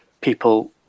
people